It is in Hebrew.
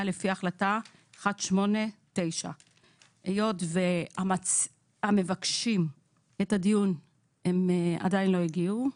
לפי החלטה 189. היות והמבקשים את הדיון עדיין לא הגיעו,